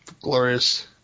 Glorious